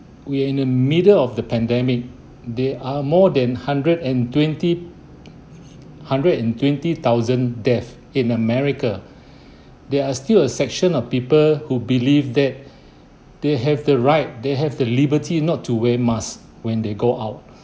we're in the middle of the pandemic there are more than hundred and twenty hundred and twenty thousand death in america there are still a section of people who believe that they have the right they have the liberty not to wear masks when they go out